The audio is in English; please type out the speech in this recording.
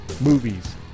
movies